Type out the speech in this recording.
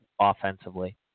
offensively